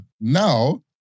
Now